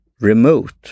Remote